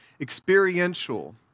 experiential